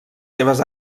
seves